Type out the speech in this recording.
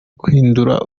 guhindura